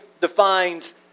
defines